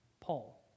Paul